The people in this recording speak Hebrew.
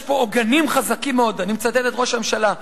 יש פה עוגנים חזקים מאוד" אני מצטט את ראש הממשלה,